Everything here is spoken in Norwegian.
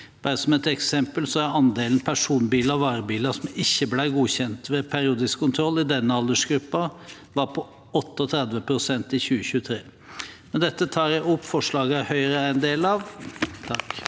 Bare som et eksempel: Andelen personbiler og varebiler som ikke ble godkjent ved periodisk kontroll i denne aldersgruppen, var på 38 pst. i 2023. Med dette tar jeg opp forslagene Høyre er en del av.